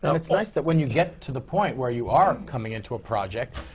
um it's nice that when you get to the point where you are coming into a project,